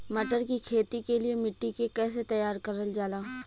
मटर की खेती के लिए मिट्टी के कैसे तैयार करल जाला?